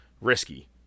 risky